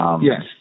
Yes